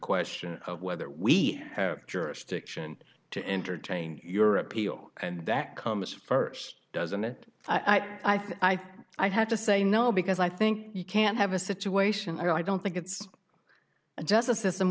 question of whether we have jurisdiction to entertain your appeal and that comes first doesn't it i think i'd have to say no because i think you can't have a situation i don't think it's a justice system